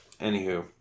Anywho